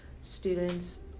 students